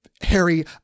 Harry